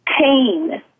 pain